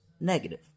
negative